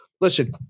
Listen